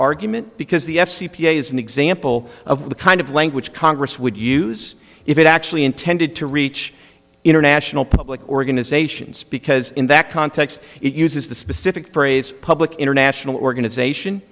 argument because the f c p is an example of the kind of language congress would use if it actually intended to reach international public organizations because in that context it uses the specific phrase public international organization